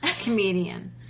comedian